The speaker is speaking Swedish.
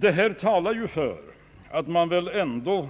Det här talar för att man väl ändå